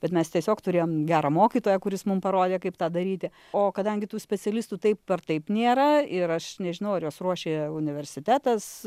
bet mes tiesiog turėjom gerą mokytoją kuris mum parodė kaip tą daryti o kadangi tų specialistų taip ar taip nėra ir aš nežinau ar juos ruošė universitetas